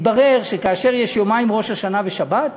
התברר שכאשר יש יומיים ראש השנה ושבת לאחריו,